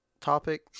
topic